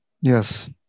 Yes